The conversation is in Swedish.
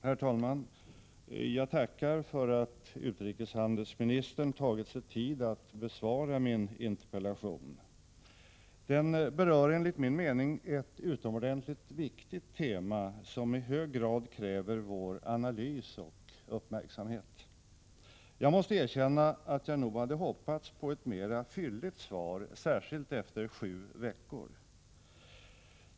Herr talman! Jag tackar för att utrikeshandelsministern tagit sig tid att besvara min interpellation. Interpellationen berör enligt min mening ett utomordentligt viktigt tema, som i hög grad kräver vår analys och uppmärksamhet. Jag måste erkänna att jag nog hade hoppats på ett mera fylligt svar, särskilt som det gått sju veckor.